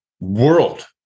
world